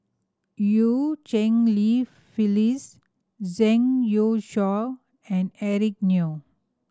Eu Cheng Li Phyllis Zhang Youshuo and Eric Neo